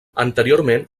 anteriorment